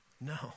No